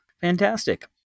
Fantastic